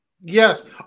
Yes